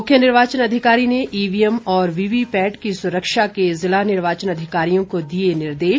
मुख्य निर्वाचन अधिकारी ने ईवीएम और वीवी पैट की सुरक्षा के जिला निर्वाचन अधिकारियों को दिए निर्देश